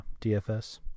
dfs